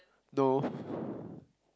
no